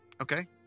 Okay